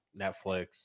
Netflix